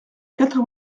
quatre